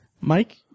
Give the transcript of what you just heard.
Mike